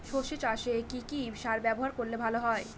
সর্ষে চাসে কি কি সার ব্যবহার করলে ভালো হয়?